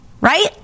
right